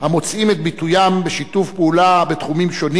ביטוים בשיתוף פעולה בתחומים שונים,